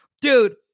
dude